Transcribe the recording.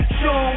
show